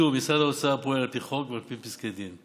שוב, משרד האוצר פועל על פי חוק ועל פי פסקי דין.